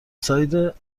سایت